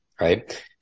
right